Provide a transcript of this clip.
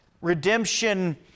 Redemption